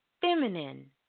feminine